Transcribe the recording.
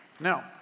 Now